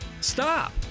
stop